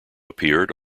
appeared